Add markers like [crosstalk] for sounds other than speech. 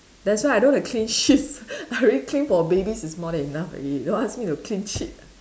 that's why I don't want to clean shit [laughs] I already clean for babies is more than enough already don't ask me to clean shit